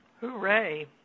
Hooray